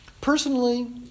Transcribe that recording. Personally